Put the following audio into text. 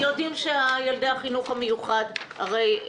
כי יודעים שילדי החינוך המיוחד הרי,